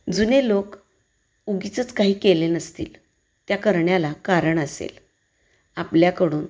जुने लोक उगीचच काही केले नसतील त्या करण्याला कारण असेल आपल्याकडून